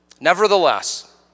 Nevertheless